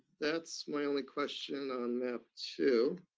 that's my only question on map two.